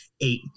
eight